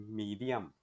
medium